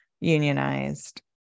unionized